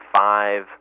five